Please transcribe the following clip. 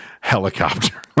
helicopter